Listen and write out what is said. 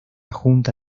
junta